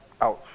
Ouch